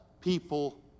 people